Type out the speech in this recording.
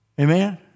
Amen